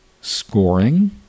scoring